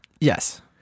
yes